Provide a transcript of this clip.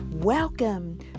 Welcome